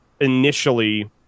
initially